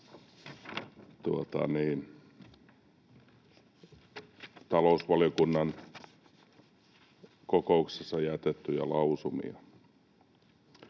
talousvaliokunnan kokouksessa jätettyjä lausumia.